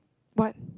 but